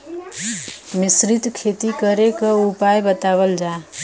मिश्रित खेती करे क उपाय बतावल जा?